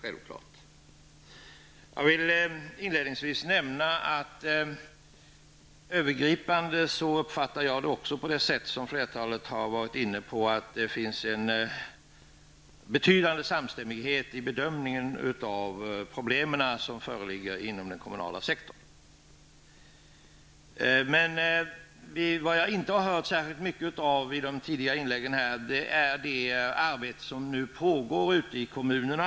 Jag vill inledningsvis nämna att också jag, liksom flertalet har varit inne på, uppfattar det som att det rent övergripande finns en betydande samstämmighet vid bedömningen av de problem som föreligger inom den kommunala sektorn. Jag har dock inte hört särskilt mycket i de tidigare anförandena om det arbete som nu pågår ute i kommunerna.